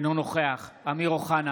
אינו נוכח אמיר אוחנה,